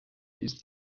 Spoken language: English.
use